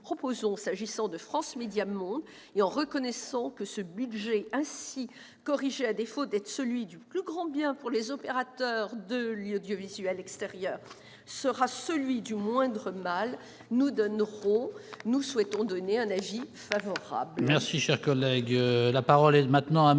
proposons s'agissant de France Médias Monde, et en reconnaissant que ce budget, ainsi corrigé, à défaut d'être celui du plus grand bien pour les opérateurs de l'audiovisuel extérieur sera celui du moindre mal, donner un avis favorable